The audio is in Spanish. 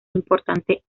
importante